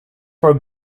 for